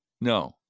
No